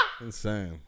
Insane